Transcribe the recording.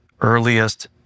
earliest